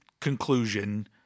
conclusion